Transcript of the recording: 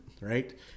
right